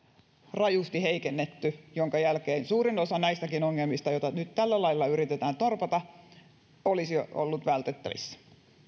rajusti heikennetty minkä jälkeen suurin osa näistäkin ongelmista joita nyt tällä lailla yritetään torpata olisi ollut vältettävissä